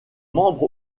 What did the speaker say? membre